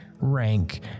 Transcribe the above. rank